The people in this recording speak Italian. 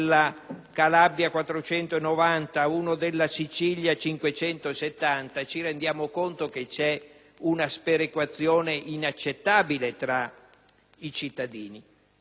Calabria 490 euro e uno della Sicilia 570 euro, ci rendiamo conto che c'è una sperequazione inaccettabile tra i cittadini.